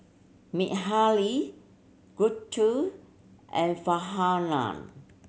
Mikhail Guntur and Farhanah